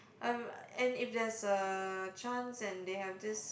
uh and if there is a chance and they have this